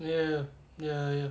ya ya ya yup